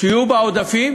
שיהיו בה עודפים,